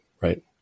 right